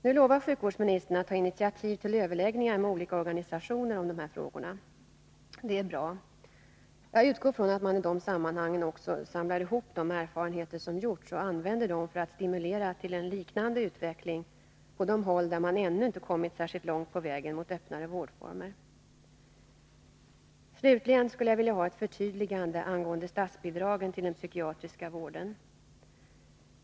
Nu lovar sjukvårdsministern att ta initiativ till överläggningar med olika organisationer om de här frågorna. Det är bra. Jag utgår från att man i de sammanhangen också samlar ihop de erfarenheter som har gjorts och använder dem för att stimulera till en liknande utveckling på de håll där man ännu inte har kommit särskilt långt på vägen mot öppnare vårdformer. Slutligen skulle jag vilja ha ett förtydligande angående statsbidragen till den psykiatriska vården.